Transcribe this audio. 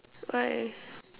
why